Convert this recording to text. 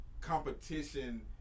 competition